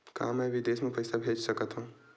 का मैं विदेश म पईसा भेज सकत हव?